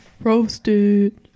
Roasted